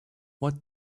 what